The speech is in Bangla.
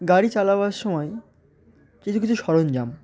গাড়ি চালাবার সময় কিছু কিছু সরঞ্জাম